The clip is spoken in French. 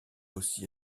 aussi